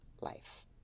life